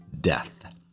Death